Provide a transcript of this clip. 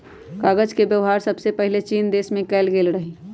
कागज के वेबहार सबसे पहिले चीन देश में कएल गेल रहइ